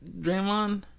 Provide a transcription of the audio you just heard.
Draymond